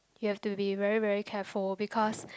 you have to be very very careful because